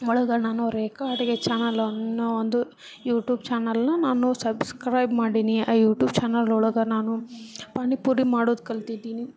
ಒಳಗೆ ನಾನು ರೇಖಾ ಅಡುಗೆ ಚಾನಲ್ ಅನ್ನೋ ಒಂದು ಯೂಟೂಬ್ ಚಾನಲನ್ನು ನಾನು ಸಬ್ಸ್ಕ್ರೈಬ್ ಮಾಡೀನಿ ಆ ಯೂಟೂಬ್ ಚಾನಲ್ ಒಳಗೆ ನಾನು ಪಾನಿಪುರಿ ಮಾಡೋದು ಕಲ್ತಿದ್ದೀನಿ